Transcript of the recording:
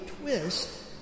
twist